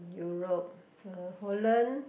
Europe uh Holland